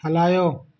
हलायो